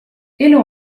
elu